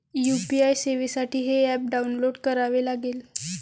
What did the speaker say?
UPI सेवेसाठी हे app download करावे लागेल